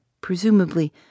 presumably